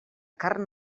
carn